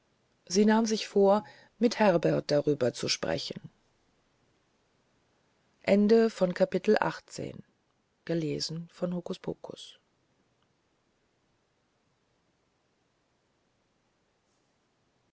sie nahm sich vor mit herbert darüber zu sprechen